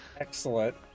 Excellent